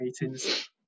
meetings